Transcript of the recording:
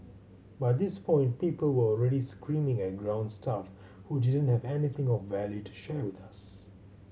by this point people were already screaming at ground staff who didn't have anything of value to share with us